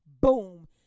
Boom